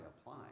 apply